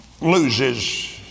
loses